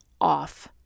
off